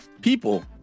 people